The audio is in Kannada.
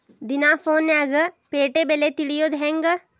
ದಿನಾ ಫೋನ್ಯಾಗ್ ಪೇಟೆ ಬೆಲೆ ತಿಳಿಯೋದ್ ಹೆಂಗ್?